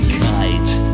kite